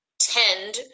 tend